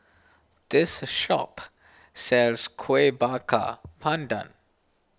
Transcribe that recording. this shop sells Kuih Bakar Pandan